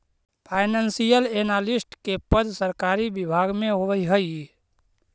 financial analyst के पद सरकारी विभाग में होवऽ हइ